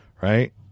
right